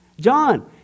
John